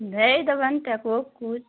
भेज देबनि केकरो किछु